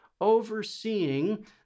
overseeing